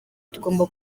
tugomba